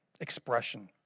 expression